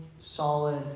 solid